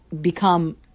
become